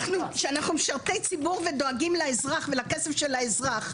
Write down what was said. שאנחנו משרתי ציבור ודואגים לאזרח ולכסף של האזרח,